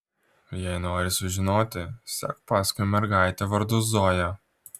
jei nori sužinoti sek paskui mergaitę vardu zoja